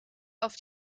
auf